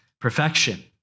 perfection